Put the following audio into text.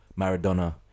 Maradona